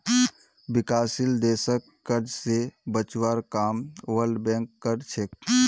विकासशील देशक कर्ज स बचवार काम वर्ल्ड बैंक कर छेक